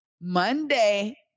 Monday